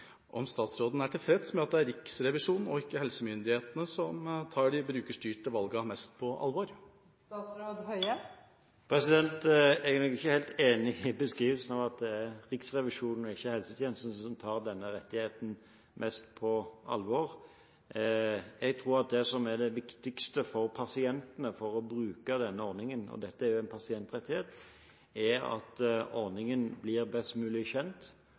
statsråden tilfreds med at det er Riksrevisjonen og ikke helsemyndighetene som tar de brukerstyrte valgene mest på alvor? Jeg er nok ikke helt enig i beskrivelsen av at det er Riksrevisjonen og ikke helsetjenesten som tar denne rettigheten mest på alvor. Jeg tror at det viktigste for pasientene for å bruke denne ordningen, og dette er en pasientrettighet, er at ordningen blir best mulig kjent,